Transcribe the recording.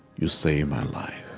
you saved my life.